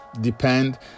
depend